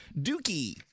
Dookie